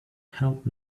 help